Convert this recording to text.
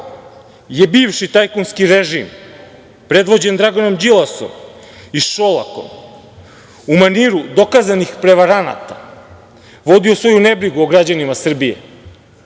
je bivši tajkunski režim predvođen Draganom Đilasom i Šolakom u maniru dokazanih prevaranata vodio svoju nebrigu o građanima Srbije,